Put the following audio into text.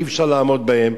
ואי-אפשר לעמוד בהם,